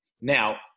Now